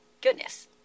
goodness